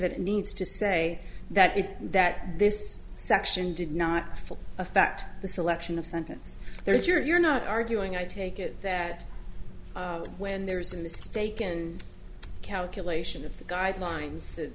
it needs to say that it that this section did not affect the selection of sentence there is you're you're not arguing i take it that when there's a mistake and calculation of the guidelines that